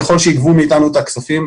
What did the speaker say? ככל שיגבו מאתנו את הכספים,